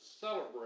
celebrate